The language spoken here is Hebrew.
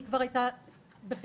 היא כבר הייתה בחיפה,